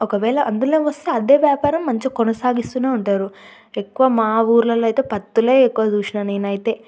ఒకవేళ అందులో వస్తే అదే వ్యాపారం మంచిగా కొనసాగిస్తూనే ఉంటారు ఎక్కువ మా ఊర్లలో అయితే పత్తులే ఎక్కువ చూసినా నేనైతే